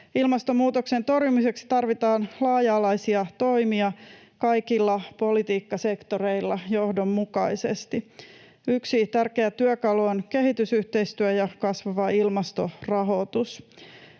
Ilmastonmuutoksen torjumiseksi tarvitaan laaja-alaisia toimia kaikilla politiikkasektoreilla johdonmukaisesti. Yksi tärkeä työkalu on kehitysyhteistyö ja kasvava ilmastorahoitus.